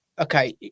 okay